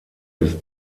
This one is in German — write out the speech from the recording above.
bis